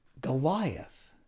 Goliath